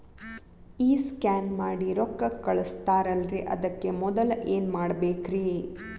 ಈ ಸ್ಕ್ಯಾನ್ ಮಾಡಿ ರೊಕ್ಕ ಕಳಸ್ತಾರಲ್ರಿ ಅದಕ್ಕೆ ಮೊದಲ ಏನ್ ಮಾಡ್ಬೇಕ್ರಿ?